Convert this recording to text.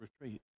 retreat